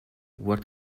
what